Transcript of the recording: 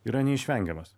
yra neišvengiamas